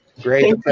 great